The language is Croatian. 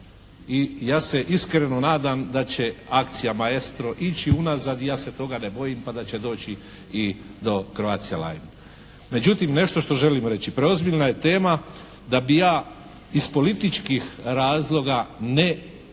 i ja se iskreno nadam da će akcija "Maestro" ići unazad i ja se toga ne bojim pa da će doći i do Croatia linea. Međutim, nešto što želim reći, preozbiljna je tema da bi ja iz političkih razloga ne mogao